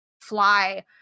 fly